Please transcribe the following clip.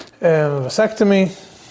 vasectomy